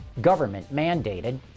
government-mandated